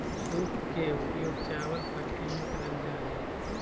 सूप के प्रयोग चावल फटके में करल जा हइ